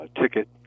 ticket